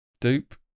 Dupe